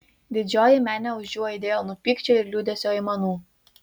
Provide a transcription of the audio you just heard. didžioji menė už jų aidėjo nuo pykčio ir liūdesio aimanų